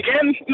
again